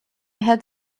had